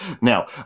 Now